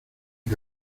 que